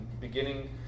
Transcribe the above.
beginning